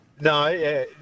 No